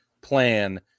plan